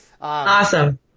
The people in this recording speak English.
Awesome